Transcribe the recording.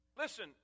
Listen